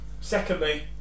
Secondly